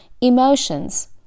emotions